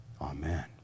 Amen